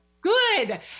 Good